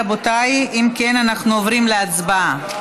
רבותיי, אם כן אנחנו עוברים להצבעה.